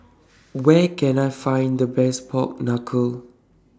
Where Can I Find The Best Pork Knuckle